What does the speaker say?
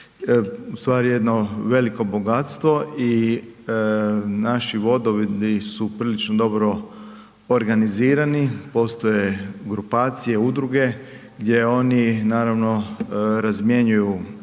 ustvari jedno veliko bogatstvo i naši vodovodi su prilično dobro organizirani, postoje grupacije, udruge gdje oni naravno razmjenjuju